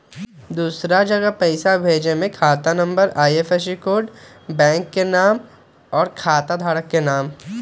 दूसरा जगह पईसा भेजे में खाता नं, आई.एफ.एस.सी, बैंक के नाम, और खाता धारक के नाम?